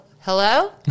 hello